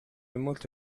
molto